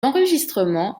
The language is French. enregistrement